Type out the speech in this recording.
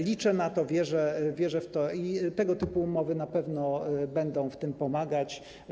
Liczę na to, wierzę w to i tego typu umowy na pewno będą w tym pomagać.